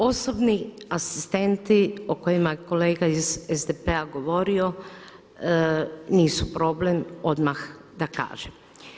Osobni asistenti o kojima kolega iz SDP-a govorio nisu problem odmah da kažem.